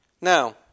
Now